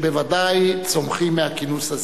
שבוודאי צומחים מהכינוס הזה.